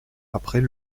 après